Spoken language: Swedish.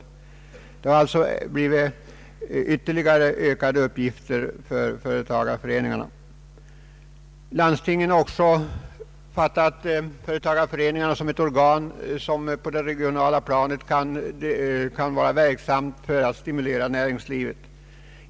Företagareföreningarna har alltså fått väsentligt ökade uppgifter. Landstingen har också uppfattat företagareföreningarna som organ som kan vara verksamma på det regionala planet för att stimulera näringslivet.